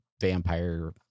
vampire